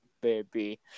baby